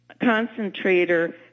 concentrator